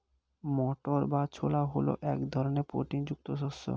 মটর বা ছোলা হল এক ধরনের প্রোটিন যুক্ত শস্য